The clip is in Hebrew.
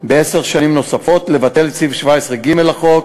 בעשר שנים נוספות, ולבטל את סעיף 17ג לחוק,